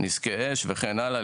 נזקי אש וכן הלאה,